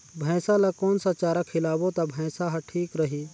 भैसा ला कोन सा चारा खिलाबो ता भैंसा हर ठीक रही?